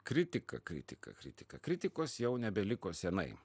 kritika kritika kritika kritikos jau nebeliko senai